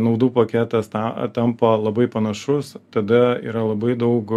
naudų paketas na tampa labai panašus tada yra labai daug